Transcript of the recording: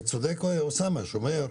וצודק אוסאמה כשהוא אומר,